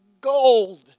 gold